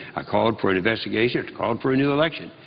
i called for an investigation. i called for a new election.